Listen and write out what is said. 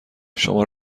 شما